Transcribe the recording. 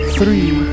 three